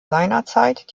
seinerzeit